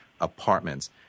apartments